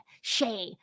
shay